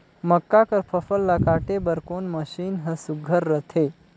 मक्का कर फसल ला काटे बर कोन मशीन ह सुघ्घर रथे?